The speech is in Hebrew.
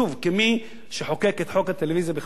כמי שחוקק את חוק הטלוויזיה בכבלים,